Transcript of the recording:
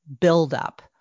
buildup